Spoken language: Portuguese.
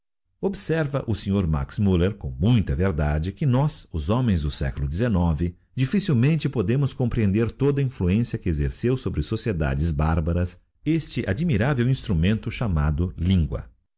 observa o sr max muller com muita verdade que nós os homens do século xix diflficilmente podemos comprehender toda influencia que excerceu sobre sociedades barbaras este admirável instrumento chamado lingua